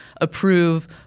approve